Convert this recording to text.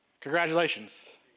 Congratulations